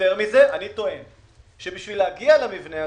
יותר מזה, אני טוען שבשביל להגיע למבנה הזה,